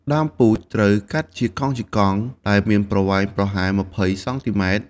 ដើមពូជត្រូវកាត់ជាកង់ៗដែលមានប្រវែងប្រហែល ២០ សង់ទីម៉ែត្រ។